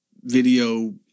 video